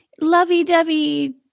lovey-dovey